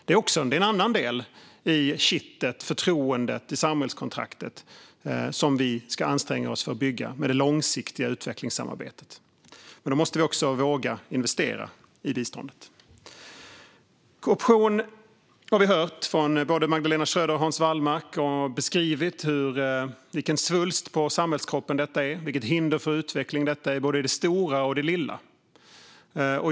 Det är en annan del i kittet, förtroendet i samhällskontraktet, som vi ska anstränga oss för att bygga med det långsiktiga utvecklingssamarbetet. Men då måste vi också våga investera i biståndet. Både Magdalena Schröder och Hans Wallmark har beskrivit vilken svulst på samhällskroppen korruption är och vilket hinder för utveckling det är, både i det stora och i det lilla.